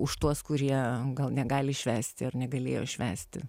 už tuos kurie gal negali švęsti ar negalėjo švęsti